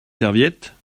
serviettes